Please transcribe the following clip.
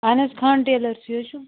اہن حظ خان ٹیلَر چھُ یہِ حظ چھُ